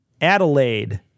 Adelaide